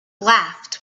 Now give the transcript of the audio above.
laughed